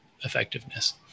effectiveness